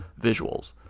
visuals